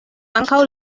ankaŭ